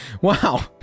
wow